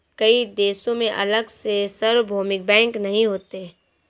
कई देशों में अलग से सार्वभौमिक बैंक नहीं होते